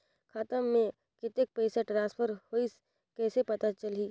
खाता म कतेक पइसा ट्रांसफर होईस कइसे पता चलही?